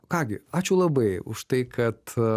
ką gi ačiū labai už tai kad